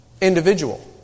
Individual